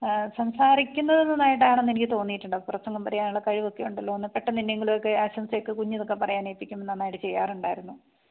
സംസാരിക്കുന്നത് നന്നായിട്ടാണെന്ന് എനിക്ക് തോന്നിയിട്ടുണ്ട് അപ്പം പ്രസംഗം പറയാനുള്ള കഴിവൊക്കെ ഉണ്ടല്ലോന്ന് പെട്ടന്ന് എന്നെങ്കിലും ഒക്കെ ആശംസയൊക്കെ കുഞ്ഞിതൊക്കെ പറയാൻ ഏൽപ്പിക്കും നന്നായിട്ട് ചെയ്യാറുണ്ടായിരുന്നു